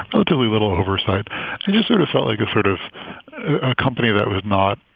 relatively little oversight. it just sort of felt like a sort of company that was not,